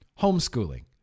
Homeschooling